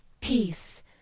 peace